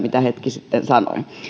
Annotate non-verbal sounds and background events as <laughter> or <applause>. <unintelligible> mitä hetki sitten